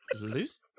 loose